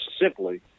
simply